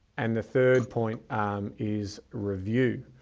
and the third point is review.